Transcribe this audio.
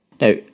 Now